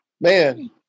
man